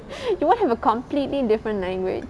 you won't have a completely different language